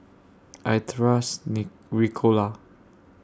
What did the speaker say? I Trust Ricola